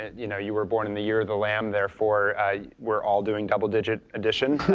you know you were born in the year the lamb, therefore we're all doing double-digit addition,